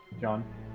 John